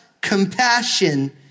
compassion